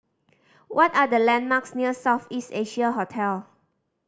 what are the landmarks near South East Asia Hotel